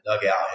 dugout